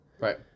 Right